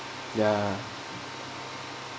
ya